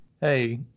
hey